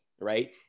right